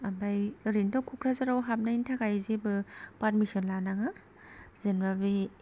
आमफाय ओरैनोथ' क'क्राझाराव हाबनायनि थाखाय जेबो फारमिसन लानाङा जेन'बा बे